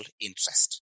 interest